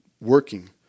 working